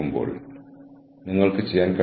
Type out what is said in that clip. അപ്പോൾ ആരോടാണ് എന്റെ കൂറ്